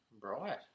Right